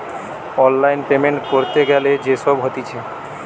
online payment ক্যরতে গ্যালে যে সব হতিছে